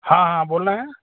हाँ हाँ बोल रहे हैं